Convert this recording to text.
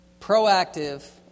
proactive